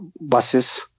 buses